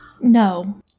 No